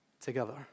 together